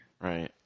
Right